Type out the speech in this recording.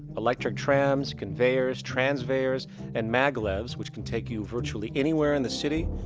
electric trams, conveyors, transveyors and maglevs which can take you virtually anywhere in the city,